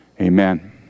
amen